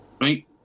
right